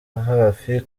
hafi